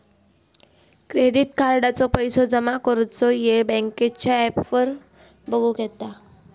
credit कार्डाचो पैशे जमा करुचो येळ बँकेच्या ॲपवर बगुक येता